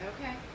Okay